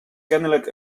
kennelijk